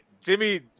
Jimmy